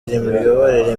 imiyoborere